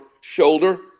shoulder